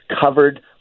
covered